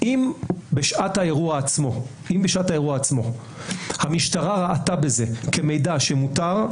אם בשעת האירוע עצמו המשטרה ראתה בזה כמידע מותר,